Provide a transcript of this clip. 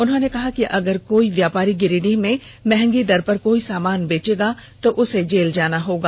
उन्होंने कहा कि अगर कोई व्यापारी गिरिडीह में महंगी दर पर कोई सामान बेचेगा तो उसे जेल जाना होगा